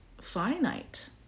finite